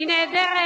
גם הליכוד.